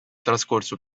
trascorso